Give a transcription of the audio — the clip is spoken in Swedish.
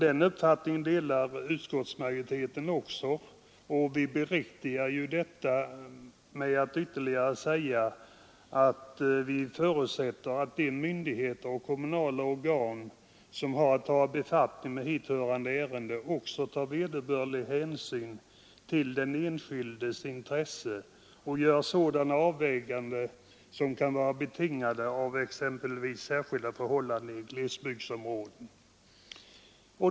Den uppfattningen delar utskottsmajoriteten, och vi säger ju ytterligare att vi förutsätter ”att de myndigheter och kommunala organ som har att ta befattning med hithörande ärenden tar vederbörlig hänsyn till kommuners och enskildas intressen och gör sådana avvägningar som kan vara betingade exempelvis av särskilda förhållanden i glesbygdsområden”.